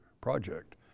project